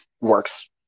works